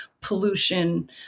pollution